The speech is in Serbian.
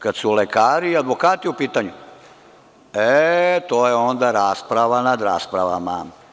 Kad su lekari i advokati u pitanju, e to je onda rasprava nad raspravama.